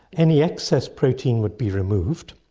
any excess protein would be removed,